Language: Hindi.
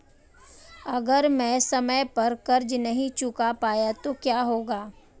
अगर मैं समय पर कर्ज़ नहीं चुका पाया तो क्या होगा?